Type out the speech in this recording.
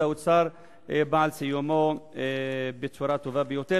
האוצר בא על סיומו בצורה הטובה ביותר,